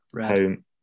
Home